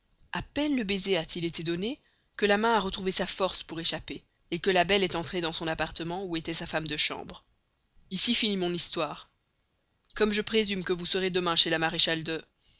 a peine le baiser a-t-il été donné que la main a retrouvé sa force pour échapper que la belle est entrée dans son appartement où était sa femme de chambre là finit mon histoire comme je présume que vous serez demain chez la maréchale de